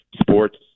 sports